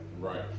Right